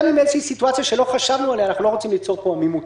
כדי שבסיטואציה שלא חשבנו עליה לא תהיה עמימות.